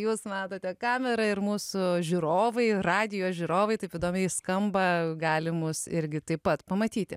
jūs matote kamerą ir mūsų žiūrovai radijo žiūrovai taip įdomiai skamba gali mus irgi taip pat pamatyti